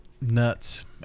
nuts